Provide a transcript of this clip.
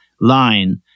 line